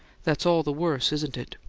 that's all the worse, isn't it?